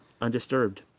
undisturbed